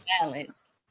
balance